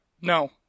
No